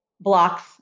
blocks